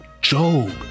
Job